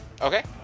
Okay